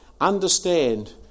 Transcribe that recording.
understand